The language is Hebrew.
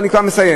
אני כבר מסיים,